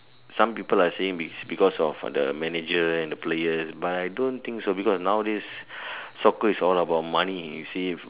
some people are saying is because of the manager and the players but I don't think so because nowadays soccer is all about money you see if